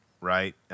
right